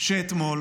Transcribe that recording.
שאתמול